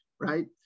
right